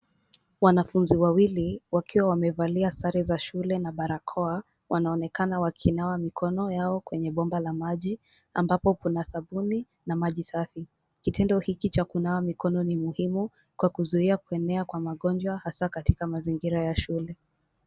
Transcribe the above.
Wanafunzi wawili wakiwa wamevalia sare za shule na barakoa wanaonekana wakinawa mikono yao kwenye bomba la maji ambapo kuna sabuni na maji safi. Kitendo hiki cha kunawa mikono ni muhimu kwa kuzuia kwenea kwa magonjwa hasi katika mazingira ya shule.